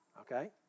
okay